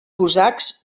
cosacs